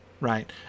right